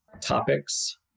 topics